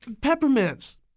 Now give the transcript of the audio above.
Peppermints